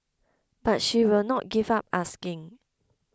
but she will not give up asking